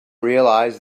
realize